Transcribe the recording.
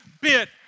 bit